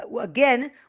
again